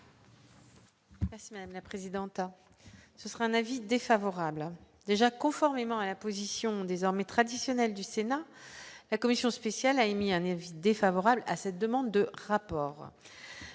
commission. La présidente, ce sera un avis défavorable, déjà conformément à la position désormais traditionnel du Sénat, la commission spéciale a émis un favorable à cette demande de rapport,